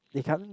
they can't